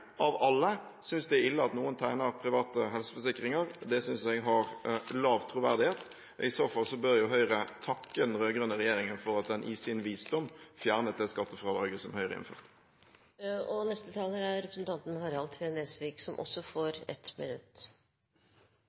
av alle – synes det er ille at noen tegner private helseforsikringer, synes jeg har lav troverdighet. I så fall bør Høyre takke den rød-grønne regjeringen for at den i sin visdom fjernet det skattefradraget som Høyre innførte. Representanten Harald T. Nesvik har hatt ordet to ganger tidligere og får ordet til en kort merknad, begrenset til 1 minutt.